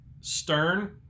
Stern